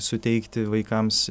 suteikti vaikams